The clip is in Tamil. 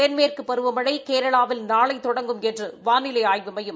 தென்மேற்கு பருவமழை கேரளாவில் நாளை தொடங்கும் என்று வாளிலை ஆய்வு மையம்